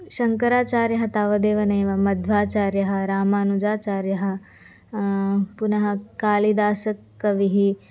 शङ्कराचार्यः तावदेव नैव मध्वाचार्यः रामानुजाचार्यः पुनः कालिदासकविः